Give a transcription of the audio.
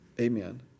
Amen